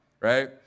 right